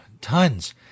tons